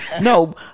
no